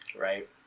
Right